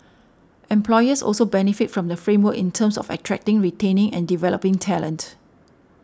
employers also benefit from the framework in terms of attracting retaining and developing talent